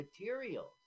materials